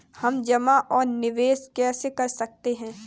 हम जमा और निवेश कैसे कर सकते हैं?